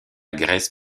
grèce